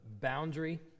boundary